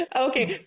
Okay